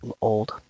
old